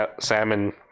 salmon